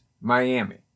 Miami